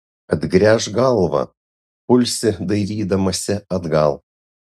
atgręžk galvą pulsi dairydamasi atgal